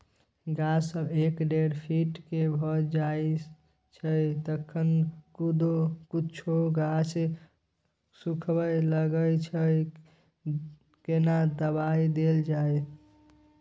गाछ जब एक डेढ फीट के भ जायछै तखन कुछो गाछ सुखबय लागय छै केना दबाय देल जाय?